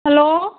hello